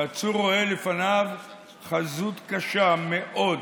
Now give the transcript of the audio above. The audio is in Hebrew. העצור רואה לפניו חזות קשה מאוד,